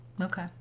okay